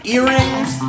Earrings